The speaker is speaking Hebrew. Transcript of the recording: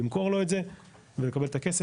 למכור לו את זה ולקבל את הכסף,